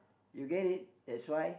you get it that's why